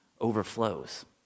overflows